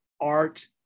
art